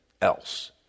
else